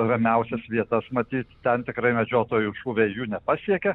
ramiausias vietas matyt ten tikrai medžiotojų šūviai jų nepasiekia